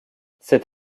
cet